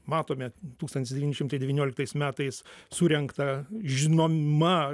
matome tūkstantis devyni šimtai devynioliktais metais surengtą žinoma